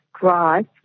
drive